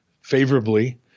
favorably